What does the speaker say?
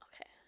okay